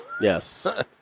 Yes